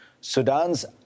Sudan's